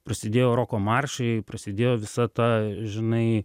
prasidėjo roko maršai prasidėjo visa ta žinai